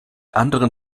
anderen